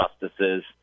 justices